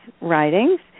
writings